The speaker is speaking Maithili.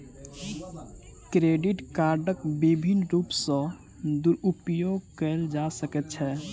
क्रेडिट कार्डक विभिन्न रूप सॅ दुरूपयोग कयल जा सकै छै